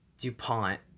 DuPont